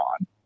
on